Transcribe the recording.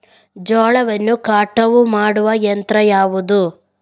ಜೋಳವನ್ನು ಕಟಾವು ಮಾಡುವ ಯಂತ್ರ ಯಾವುದು?